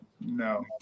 No